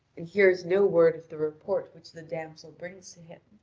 and hears no word of the report which the damsel brings to him.